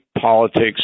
politics